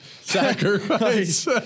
Sacrifice